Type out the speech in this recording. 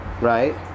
right